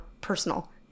personal